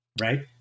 right